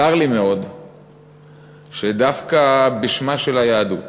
צר לי מאוד שדווקא בשמה של היהדות